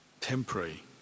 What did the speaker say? temporary